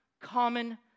common